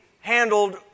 handled